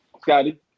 Scotty